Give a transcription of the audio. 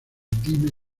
dime